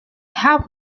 helped